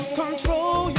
control